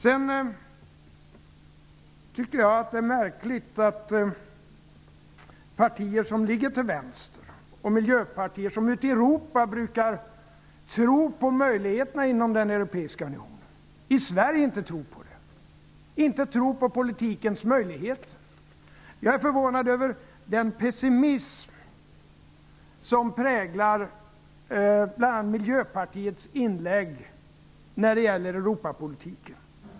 Jag tycker att det är märkligt att partier som ligger till vänster och miljöpartier, som ute i Europa brukar tro på möjligheterna inom den europeiska unionen, i Sverige inte tror på dem, inte tror på politikens möjligheter. Jag är förvånad över den pessimism som präglar bl.a. Miljöpartiets inlägg när det gäller Europapolitiken.